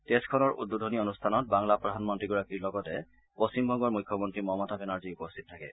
টেষ্টখনৰ উদ্বোধনী অনুষ্ঠানত বাংলা প্ৰধানমন্ত্ৰীগৰাকীৰ লগতে পশ্চিমবংগৰ মুখ্যমন্ত্ৰী মমতা বেনাৰ্জী উপস্থিত থাকে